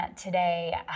today